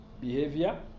behavior